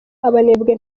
abanebwe